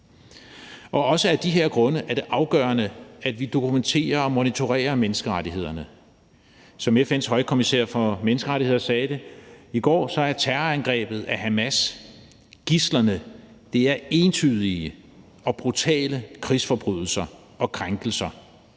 Også af de her grunde er det afgørende, at vi dokumenterer og monitorerer menneskerettighederne. Som FN's højkommissær for menneskerettigheder sagde i går, er terrorangrebet af Hamas og det, at de har taget gidsler, entydige og brutale krigsforbrydelser og krænkelser,